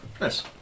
Nice